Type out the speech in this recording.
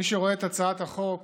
מי שרואה את הצעת החוק